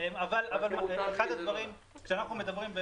כשאנחנו מדברים,